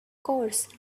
course